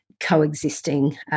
coexisting